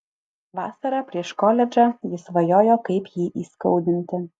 vasarą prieš koledžą ji svajojo kaip jį įskaudinti